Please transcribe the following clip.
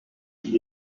qu’il